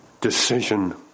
decision